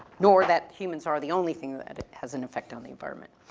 nor that humans are the only thing that has an effect on the environment.